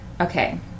okay